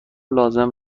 لازم